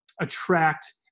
attract